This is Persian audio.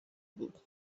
بود